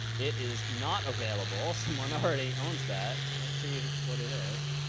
it is not available, someone already owns that. let's see what it is.